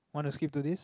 wanna skip to this